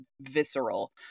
visceral